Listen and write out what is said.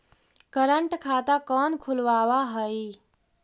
current खाता कौन खुलवावा हई